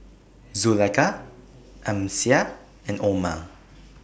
Zulaikha Amsyar and Omar